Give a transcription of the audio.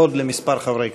עוד לכמה חברי כנסת.